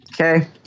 Okay